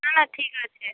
না না ঠিক আছে